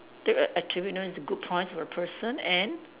take a attribute known as a good point for a person and